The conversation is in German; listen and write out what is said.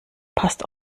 passt